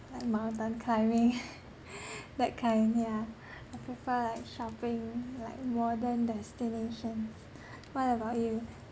like mountain climbing that kind yeah I prefer like shopping like modern destinations what about you